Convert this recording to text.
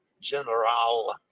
General